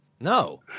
No